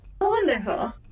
Wonderful